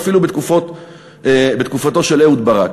ואפילו בתקופתו של אהוד ברק.